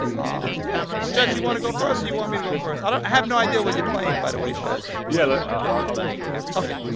um yeah. stretch, you want to go first or you want me to go first? i have no idea what you're playing, by the way, stretch yeah, i'll i'll go first ok.